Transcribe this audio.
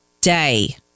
day